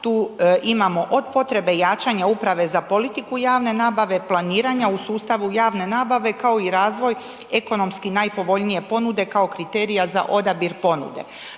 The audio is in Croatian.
Tu imamo od potrebe jačanja Uprave za politiku javne nabave, planiranja u sustavu javne nabave kao i razvoj ekonomski najpovoljnije ponude kao kriterija za odabir ponude.